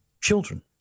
Children